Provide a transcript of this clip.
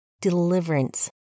deliverance